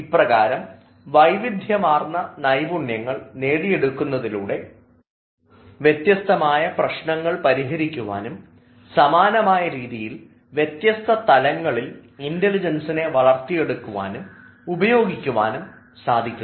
ഇപ്രകാരം വൈവിധ്യമാർന്ന നൈപുണ്യങ്ങൾ നേടുന്നതിലൂടെ വ്യത്യസ്തമായ പ്രശ്നങ്ങൾ പരിഹരിക്കുവാനും സമാനമായ രീതിയിൽ വ്യത്യസ്ത തലങ്ങളിൽ ഇൻറലിജൻസിനെ വളർത്തിയെടുക്കുവാനും ഉപയോഗിക്കുവാനും സാധിക്കുന്നു